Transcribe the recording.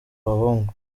abahungu